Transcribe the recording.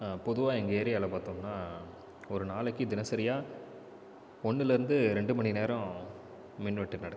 பொதுவாக எங்கள் ஏரியாவில் பார்தோம்ன்னா ஒரு நாளுக்கு தினசரியா ஒன்றுலேருந்து ரெண்டு மணி நேரம் மின்வெட்டு நடக்குது